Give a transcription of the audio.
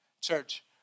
Church